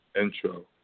intro